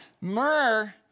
Myrrh